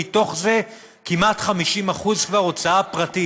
ומתוך זה כמעט 50% כבר הוצאה פרטית.